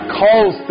calls